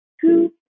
two